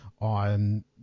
on